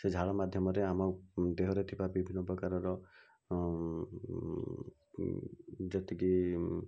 ସେ ଝାଳ ମାଧ୍ୟମରେ ଆମ ଦେହରେ ଥିବା ବିଭିନ୍ନ ପ୍ରକାରର ଯେତିକି